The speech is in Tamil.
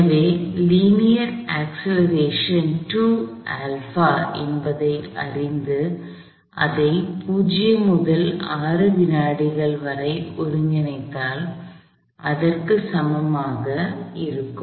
எனவே லீனியர் அக்ஸ்லரேஷன் நேரியல் முடுக்கம் என்பதை அறிந்து இதை 0 முதல் 6 வினாடிகள் வரை ஒருங்கிணைத்தால் அது இதற்குச் சமமாக இருக்கும்